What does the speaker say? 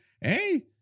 Hey